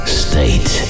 state